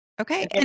Okay